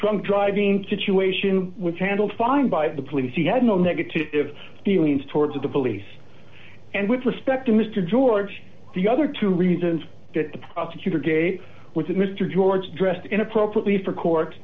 drunk driving to chew ation which handled fine by the police he had no negative feelings towards the police and with respect to mr george the other two reasons that the prosecutor gave was that mr george dressed in appropriately for court